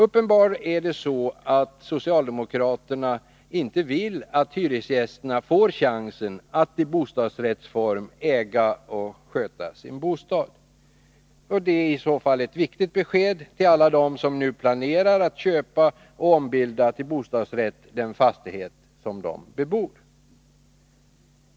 Uppenbarligen är det så, att socialdemokraterna inte vill att hyresgäster får chansen att i bostadsrättsform äga och sköta sin bostad. Detta är i så fall ett viktigt besked till alla dem som nu planerar att köpa och ombilda till bostadsrätt den fastighet som de bebor.